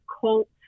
cult